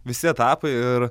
visi etapai ir